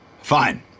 Fine